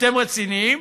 אתם רציניים?